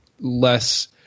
Less